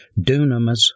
dunamis